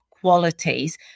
qualities